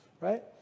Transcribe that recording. right